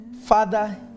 Father